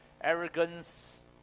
arrogance